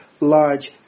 large